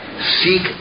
Seek